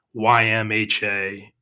YMHA